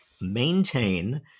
maintain